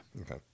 Okay